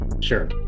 sure